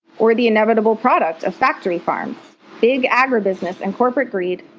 or the inevitable product of factory farms, big agribusiness, and corporate greed.